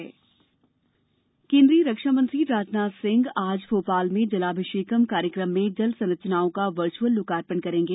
जलाभिषेक कार्यक्रम केन्द्रीय रक्षा मंत्री राजनाथ सिंह आज भोपाल में जलाभिषेकम् कार्यक्रम में जल संरचनाओं का वर्चुअल लोकार्पण करेंगे